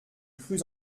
crus